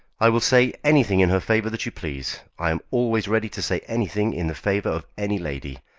i will say anything in her favour that you please. i am always ready to say anything in the favour of any lady,